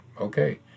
okay